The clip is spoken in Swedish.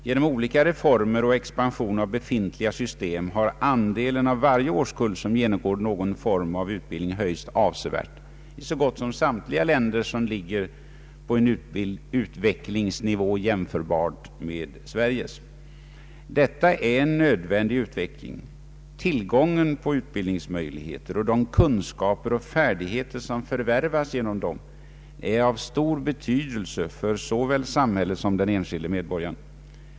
Genom olika reformer och expansion av befintliga system har andelen av varje årskull som genomgår någon form av utbildning höjts avsevärt i så gott som samtliga länder som ligger på en utvecklingsnivå jämförbar med Sveriges. Detta är en nödvändig utveckling. Tillgången på utbildningsmöjligheter och de kunskaper och färdigheter som förvärvas genom dem är av stor betydelse för såväl samhället som för den enskilde medborgaren.